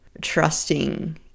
trusting